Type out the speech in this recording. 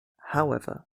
however